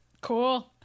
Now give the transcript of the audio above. Cool